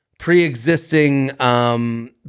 pre-existing